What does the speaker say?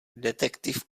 detektiv